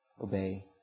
obey